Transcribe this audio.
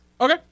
Okay